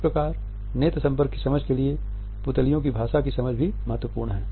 इस प्रकार नेत्र संपर्क की समझ के लिए पुतलियों की भाषा की समझ महत्वपूर्ण है